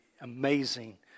amazing